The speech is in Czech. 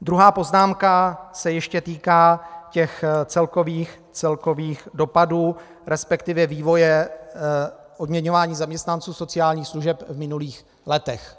Druhá poznámka se ještě týká těch celkových dopadů, resp. vývoje odměňování zaměstnanců sociálních služeb v minulých letech.